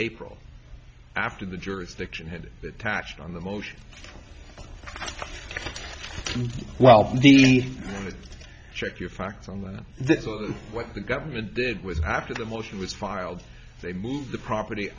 april after the jurisdiction had tacked on the motion while the check your facts on what the government did was after the motion was filed they moved the property